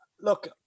look